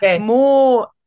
more